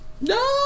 No